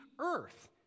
earth